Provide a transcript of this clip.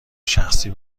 شخصی